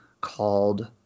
called